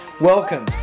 Welcome